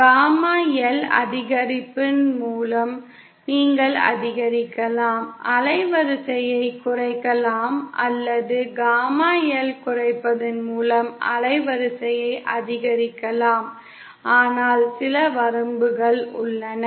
gamma Lஐ அதிகரிப்பதன் மூலம் நீங்கள் அதிகரிக்கலாம் அலைவரிசையை குறைக்கலாம் அல்லது காமா Lஐ குறைப்பதன் மூலம் அலைவரிசையை அதிகரிக்கலாம் ஆனால் சில வரம்புகள் உள்ளன